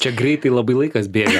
čia greitai labai laikas bėga